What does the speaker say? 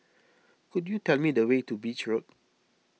could you tell me the way to Beach Road